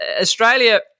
Australia